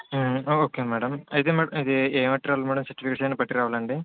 okay madam అయితే madam ఇది ఏం పట్టరావలి మ్యాడమ్ సర్టిఫికేట్స్ ఏమన్నా పట్టుకురావాలా అండి